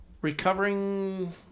recovering